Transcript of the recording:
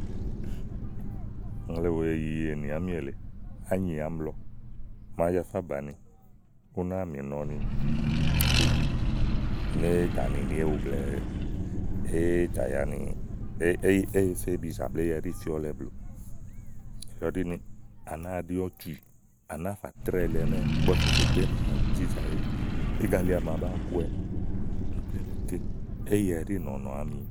ùŋle wèe zàyi ènì àámi èle, ányi àámi lɔ màa Ájafá bàni, ú nɔ ni éyi ni é tà ni nì éwu blɛ̀ɛ, ée tà nɔ ní ébi sa, èéè fe íbizà ni éyi ɛɖí fíìɔ lɛ blùù nìlɔ ɖi ni à nààa ɖi ɔ̀tùì, à nàáa fà trɛ́ɛ̀ le ɛnɛ́ɛ̀ ígbɔ ɔwɔ sò fò dò ínɛ̀, à nàa zi zàa ya ènì, ígalia màa bàáa kɔwɛ à nàá zeni ké éyi ɛɖi nɔ̀ɔ ɔnɔ àámii